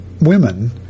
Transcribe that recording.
women